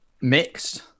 Mixed